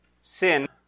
Sin